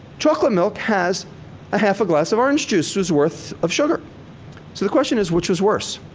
chocolate milk has a half a glass of orange juices' worth of sugar. so the question is, which is worse,